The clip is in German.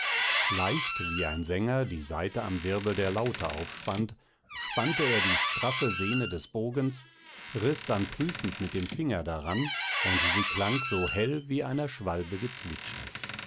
leicht wie ein sänger die saite am wirbel der laute aufspannt spannte er die straffe senne des bogens riß dann prüfend mit dem finger daran und sie klang so hell wie einer